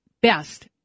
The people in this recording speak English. best